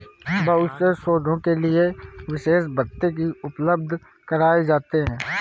बहुत से शोधों के लिये विशेष भत्ते भी उपलब्ध कराये जाते हैं